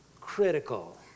critical